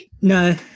No